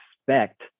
expect